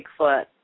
Bigfoot